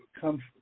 come